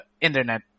internet